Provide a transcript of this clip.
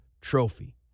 trophy